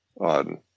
on